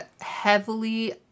heavily